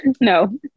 No